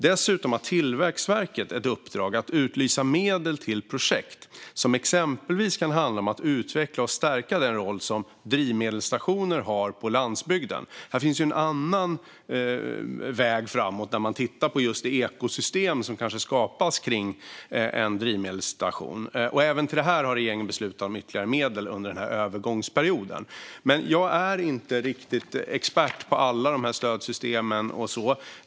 Dessutom har Tillväxtverket ett uppdrag att utlysa medel till projekt som exempelvis kan handla om att utveckla och stärka den roll som drivmedelsstationer har på landsbygden. Här finns en annan väg framåt när man tittar på just det ekosystem som kanske skapas kring en drivmedelsstation. Även till det här har regeringen beslutat om ytterligare medel under övergångsperioden. Jag är inte riktigt expert på alla de här stödsystemen.